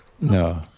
No